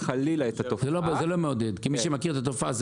חבילת מוגנות שנניח הם יהיו מחויבים לשים מצלמות,